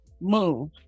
move